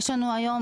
יש לנו היום